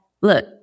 look